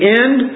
end